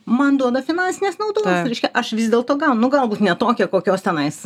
man duoda finansinės naudos tai reiškia aš vis dėlto gaunu nu galbūt ne tokią kokios tenais